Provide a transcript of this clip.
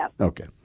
Okay